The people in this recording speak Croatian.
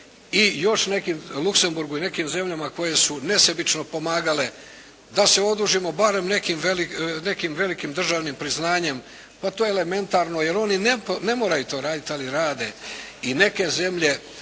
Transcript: Norveškoj, Luxemburgu i još nekim zemljama koje su nesebično pomagale da se odužimo barem nekim velikim državnim priznanjem. To je elementarno jer oni ne moraju to raditi ali rade i neke zemlje